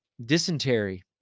dysentery